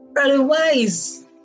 Otherwise